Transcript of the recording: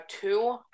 two